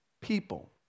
people